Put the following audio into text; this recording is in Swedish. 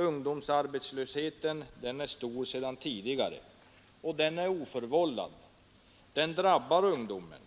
Ungdomsarbets Nr 37 lösheten är stor sedan tidigare och drabbar ungdomen